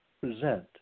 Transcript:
present